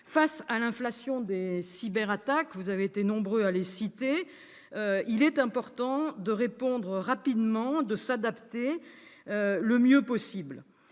Face à l'inflation des cyberattaques, vous avez été nombreux à les citer, il importe de répondre rapidement et de s'adapter le mieux possible.